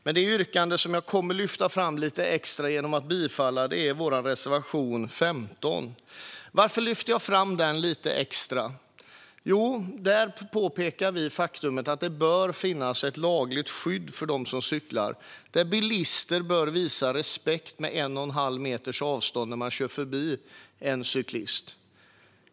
Men det yrkande som jag yrkar bifall till och som jag vill lyfta fram lite extra är vår reservation 15. Varför lyfter jag fram den reservationen lite extra? Jo, vi påpekar där att det bör finnas ett lagligt skydd för dem som cyklar. Bilister bör visa respekt genom att hålla en och en halv meters avstånd när de kör om en cyklist.